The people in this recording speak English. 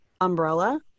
umbrella